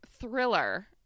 Thriller